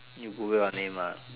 you Google your name ah